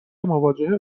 مواجهه